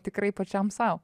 tikrai pačiam sau